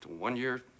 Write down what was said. One-year